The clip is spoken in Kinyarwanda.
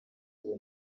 uwo